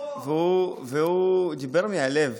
והוא דיבר מהלב,